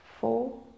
four